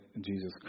Jesus